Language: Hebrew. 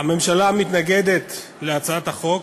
הממשלה מתנגדת להצעת החוק.